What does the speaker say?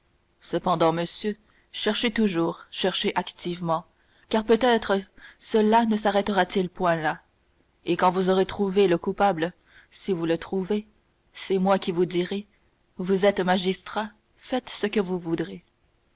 cependant monsieur cherchez toujours cherchez activement car peut-être cela ne s'arrêtera-t-il point là et quand vous aurez trouvé le coupable si vous le trouvez c'est moi qui vous dirai vous êtes magistrat faites ce que vous voudrez